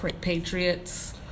patriots